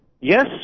Yes